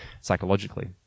Psychologically